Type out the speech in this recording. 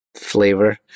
flavor